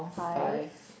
five